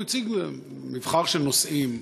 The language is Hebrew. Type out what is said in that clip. הוא הציג להם מבחר של נושאים,